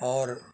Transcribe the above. اور